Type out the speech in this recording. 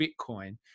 Bitcoin